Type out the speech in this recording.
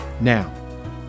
Now